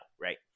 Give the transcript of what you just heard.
right